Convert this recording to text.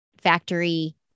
factory